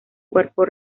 cuerpo